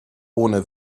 ohne